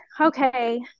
okay